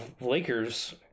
Lakers